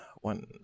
one